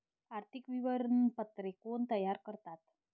आर्थिक विवरणपत्रे कोण तयार करतात?